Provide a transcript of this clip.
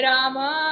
Rama